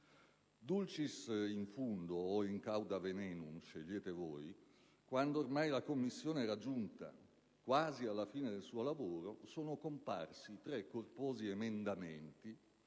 *Dulcis in fundo*, o *in cauda venenum* (scegliete voi): quando ormai la Commissione era giunta quasi alla fine del suo lavoro, sono comparsi tre corposi emendamenti